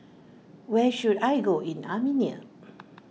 where should I go in Armenia